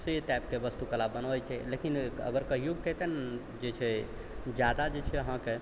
से टाइपके वस्तु कला बनबै छै लेकिन अगर कहिओ केतना जे छै जादा जे छै अहाँके